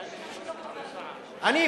אני,